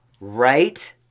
right